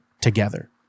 together